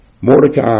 Mordecai